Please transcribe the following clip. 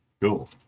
Cool